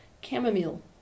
Chamomile